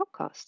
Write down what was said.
podcast